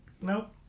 Nope